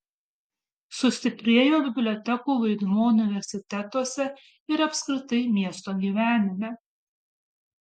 sustiprėjo bibliotekų vaidmuo universitetuose ir apskritai miesto gyvenime